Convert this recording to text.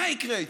מה יקרה איתם?